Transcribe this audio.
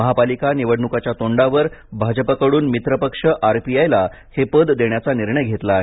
महापालिका निवडणुकांच्या तोंडावर भाजपकडून मित्रपक्ष आरपीआयला हे पद देण्याचा निर्णय घेतला आहे